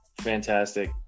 fantastic